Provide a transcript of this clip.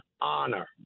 honor